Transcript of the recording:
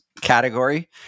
category